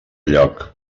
lloc